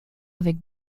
avec